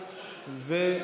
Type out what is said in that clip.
בעד,